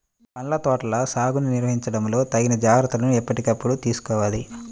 పండ్ల తోటల సాగుని నిర్వహించడంలో తగిన జాగ్రత్తలను ఎప్పటికప్పుడు తీసుకోవాలి